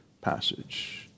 passage